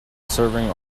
serving